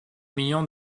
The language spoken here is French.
millions